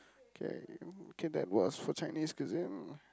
k k that was for Chinese cuisine